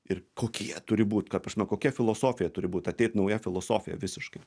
ir kokie jie turi būt ta prasme kokia filosofija turi būt ateit nauja filosofija visiškai